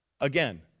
Again